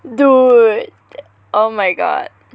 dude oh my god